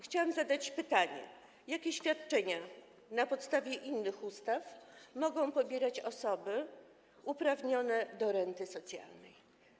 Chciałabym zadać pytanie, jakie świadczenia na podstawie innych ustaw mogą pobierać osoby uprawnione do renty socjalnej.